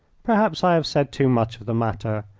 perhaps i have said too much of the matter,